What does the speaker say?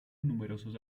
numerosos